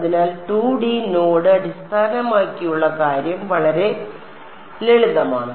അതിനാൽ 2D node അടിസ്ഥാനമാക്കിയുള്ള കാര്യം വളരെ ലളിതമാണ്